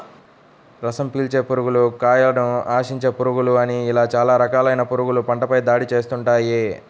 రసం పీల్చే పురుగులు, కాయను ఆశించే పురుగులు అని ఇలా చాలా రకాలైన పురుగులు పంటపై దాడి చేస్తుంటాయి